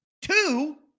Two